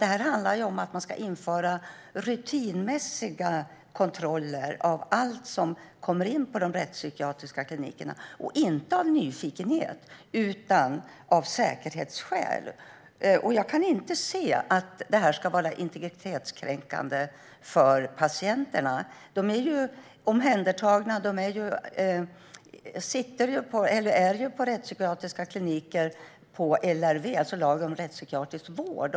Detta handlar i stället om att införa rutinmässiga kontroller av allt som kommer in på de rättspsykiatriska klinikerna, inte av nyfikenhet utan av säkerhetsskäl. Jag kan inte se att detta skulle vara integritetskränkande för patienterna. De är ju omhändertagna. De är på rättspsykiatriska kliniker enligt LRV, alltså lagen om rättspsykiatrisk vård.